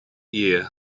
year